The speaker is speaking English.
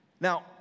Now